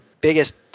biggest